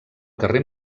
carrer